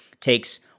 takes